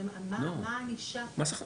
מה הענישה כאן?